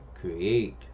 create